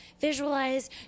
visualize